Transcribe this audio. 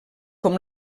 com